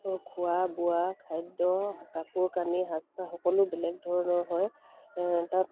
খোৱা বোৱা খাদ্য কাপোৰ কানি সাজপাৰ সকলো বেলেগ ধৰণৰ হয় তাত